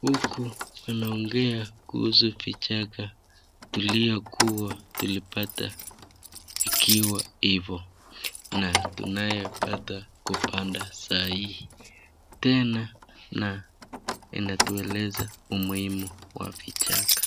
Huku anaongea kuhusu vichaka tuliyo kuwa tulipata ikiwa ivo na tunayopata kupanda sai. Tena na inatueleza umuhimu wa vichaka.